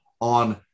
on